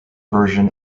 version